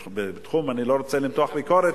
אני לא רוצה למתוח ביקורת,